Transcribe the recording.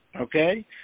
okay